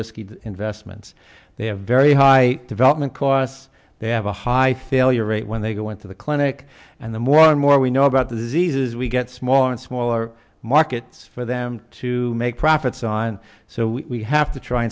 risky investments they have very high development costs they have a high failure rate when they go into the clinic and the more and more we know about the diseases we get smaller and smaller markets for them to make profits on so we have to try